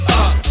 up